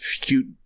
cute